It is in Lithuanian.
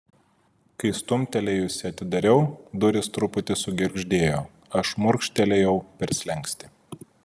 kai stumtelėjusi atidariau durys truputį sugirgždėjo aš šmurkštelėjau per slenkstį